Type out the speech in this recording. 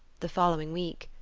the following week,